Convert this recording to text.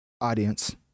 audience